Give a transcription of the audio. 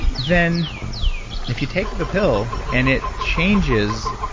then if you take the pill and it changes